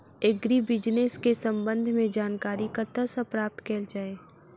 Agri business केँ संबंध मे जानकारी कतह सऽ प्राप्त कैल जाए?